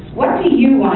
what do you